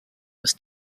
with